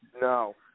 No